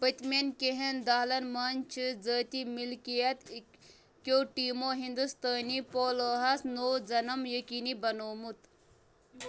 پٔتمٮ۪ن كیٚنٛہن دٔہلَن منٛز چھِ ذٲتی مِلكِیت کہِ كیٛو ٹیٖمو ہِنٛدوستٲنی پولوَہس نوٚو زنٕم یٔقیٖنی بنوومُت